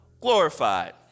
glorified